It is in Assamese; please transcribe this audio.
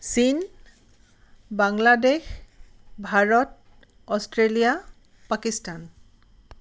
চীন বাংলাদেশ ভাৰত অষ্ট্ৰেলিয়া পাকিস্তান